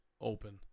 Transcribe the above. open